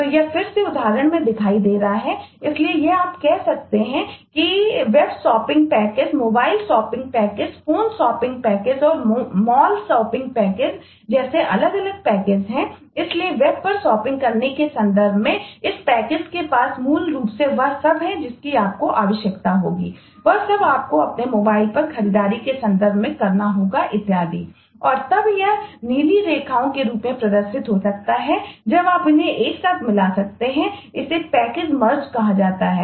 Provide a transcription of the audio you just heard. तो यह फिर से उदाहरण में दिखाई दे रहा है इसलिए यहां आप कह रहे हैं कि वेब शॉपिंग पैकेज हो सकता है